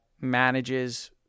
manages